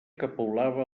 capolava